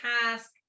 task